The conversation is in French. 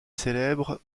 célèbre